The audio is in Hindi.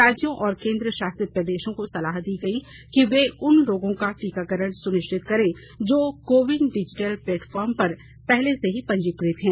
राज्यों और केन्द्रशासित प्रदेशों को सलाह दी गई कि वे उन लोगों का टीकाकारण सुनिश्चित करे जो को विन डिजिटल प्लेफॉर्म पर पहले से ही पंजीकृत हैं